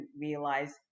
realize